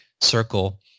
circle